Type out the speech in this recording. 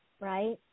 right